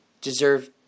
deserve